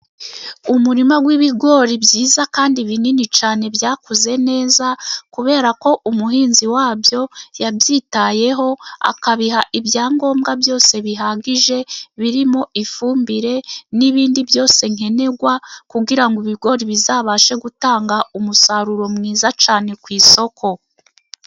Umurima w'ibigori byiza kandi binini cyane byakuze neza, kubera ko umuhinzi wabyo yabyitayeho, akabiha ibyangombwa byose bihagije birimo ifumbire n'ibindi byose nkenerwa, kugira ngo ibigori bizabashe gutanga umusaruro mwiza cyane ku isoko.